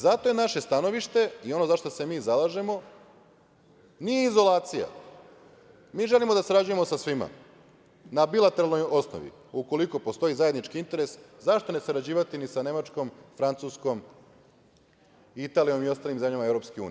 Zato je naše stanovište i zašta se mi zalažemo, nije izolacija, mi želimo sa sarađujemo sa svima na bilateralnoj osnovi ukoliko postoji zajednički interes zašto ne sarađivati sa ni sa Nemačkom, Francuskom, Italijom i ostalim zemljama EU.